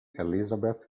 elizabeth